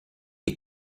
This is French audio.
est